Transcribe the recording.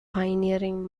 pioneering